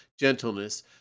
gentleness